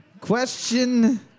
Question